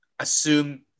Assume